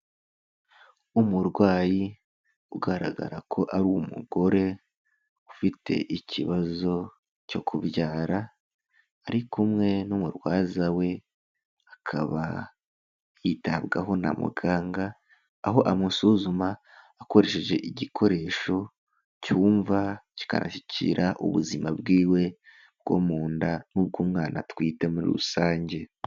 Umurwayi ugaragara ko ari umugore ufite ikibazo cyo kubyara, ari kumwe n'umurwaza we, akaba yitabwaho na muganga, aho amusuzuma akoresheje igikoresho cyumva kikashyikira ubuzima bwiwe bwo mu nda n'ubw'umwana atwite muri rusange.